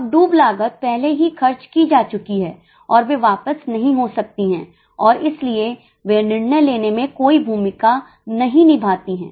अब डूब लागत पहले ही खर्च की चुकी है और वे वापस नहीं हो सकती हैं और इसीलिए वे निर्णय लेने में कोई भूमिका नहीं निभाती हैं